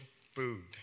food